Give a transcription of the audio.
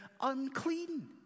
unclean